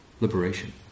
liberation